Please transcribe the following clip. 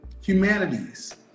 humanities